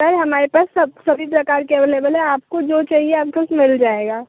sir हमारे पास सब सभी प्रकार के अवेलेबल हैं आपको जो चाहिए आपको मिल जाएगा